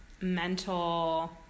mental